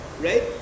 right